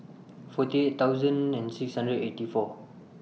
forty eight thousand and six hundred eight four